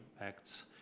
acts